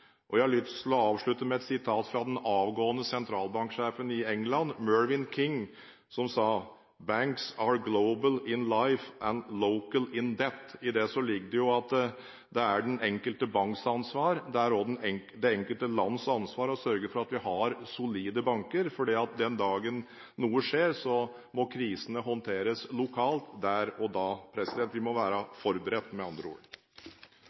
innlånsvilkår. Jeg har lyst til å avslutte med et sitat fra den avgående sentralbanksjefen i England, Mervyn King, som sa: «Banks are global in life and local in death.» I det ligger det at det er den enkelte banks ansvar og det enkelte lands ansvar å sørge for at vi har solide banker, for den dagen noe skjer, må krisene håndteres lokalt, der og da. Vi må med andre ord